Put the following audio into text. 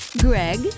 Greg